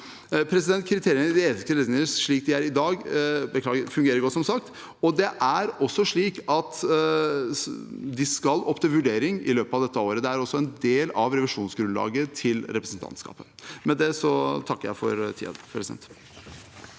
Kriteriene i de etiske retningslinjene slik de er i dag, fungerer som sagt godt, og de skal opp til vurdering i løpet av dette året. Det er også en del av revisjonsgrunnlaget til representantskapet. Med det takker jeg for tiden.